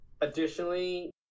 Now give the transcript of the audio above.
additionally